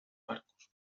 barcos